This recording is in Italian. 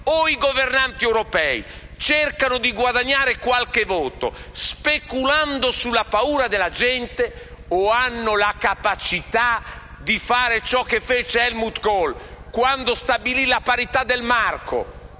O i governanti europei cercano di guadagnare qualche voto speculando sulla paura della gente o hanno la capacità di fare ciò che fece Helmut Kohl quando stabilì la parità del marco.